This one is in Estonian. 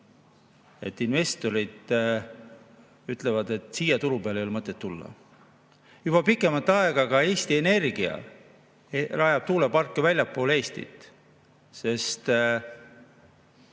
et investorid ütlevad, et siia turu peale ei ole mõtet tulla. Juba pikemat aega ka Eesti Energia rajab tuuleparke väljaspoole Eestit, sest